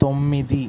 తొమ్మిది